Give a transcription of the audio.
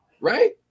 right